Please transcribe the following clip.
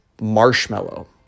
marshmallow